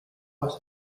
was